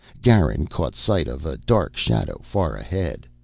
garin caught sight of a dark shadow far ahead.